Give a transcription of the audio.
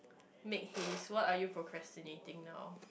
make haste what are you procrastinating now